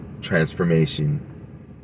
transformation